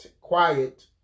quiet